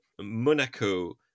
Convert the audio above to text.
Monaco